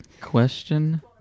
Question